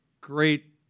Great